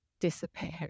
disappear